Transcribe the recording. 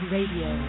Radio